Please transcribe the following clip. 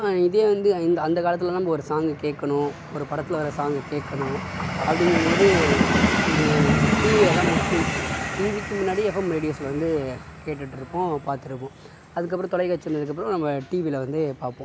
இதே வந்து இந்த அந்த காலத்துலலாம் நம்ப ஒரு சாங்கு கேட்கணும் ஒரு படத்தில் வர சாங் கேட்கணும் அப்படிங்கும் போது டிவியை தான் மோஸ்ட்லி டிவிக்கு முன்னாடி எஃப்எம் ரேடியோஸில் வந்து கேட்டுகிட்டு இருப்போம் அது பார்த்து இருப்போம் அதுக்கு அப்புறோம் தொலைக்காட்சி நம்ம டிவியில வந்து பார்ப்போம்